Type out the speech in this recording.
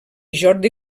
jordi